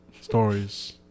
stories